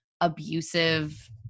abusive